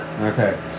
okay